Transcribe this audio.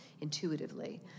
intuitively